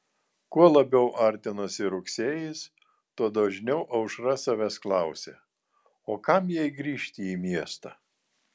kuo labiau artinosi rugsėjis tuo dažniau aušra savęs klausė o kam jai grįžti į miestą